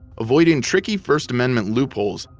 avoiding tricky first amendment loopholes,